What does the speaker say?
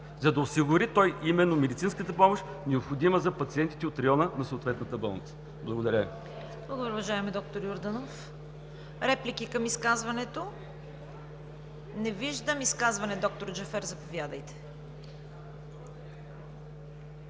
за да осигури той именно медицинската помощ, необходима за пациентите от района на съответната болница. Благодаря Ви. ПРЕДСЕДАТЕЛ ЦВЕТА КАРАЯНЧЕВА: Благодаря, уважаеми доктор Йорданов. Реплики към изказването? Не виждам. Изказване? Доктор Джафер, заповядайте.